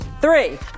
three